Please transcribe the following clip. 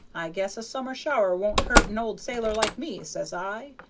i guess a summer shower won't hurt an old sailor like me says i.